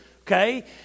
okay